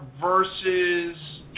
versus